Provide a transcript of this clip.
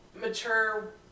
Mature